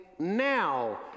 Now